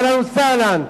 אהלן וסהלן,